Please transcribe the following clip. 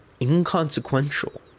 inconsequential